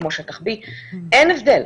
כמו שטח B. אין הבדל.